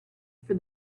for